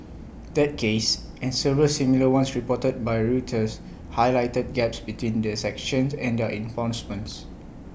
that case and several similar ones reported by Reuters Highlighted Gaps between the sanctions and their enforcements